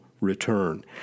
return